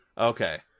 okay